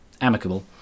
amicable